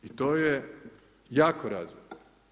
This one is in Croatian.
I to je jako razvidno.